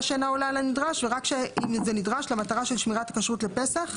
שאינה עולה על הנדרש ורק אם זה נדרש למטרה של שמירת הכשרות לפסח.